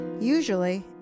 Usually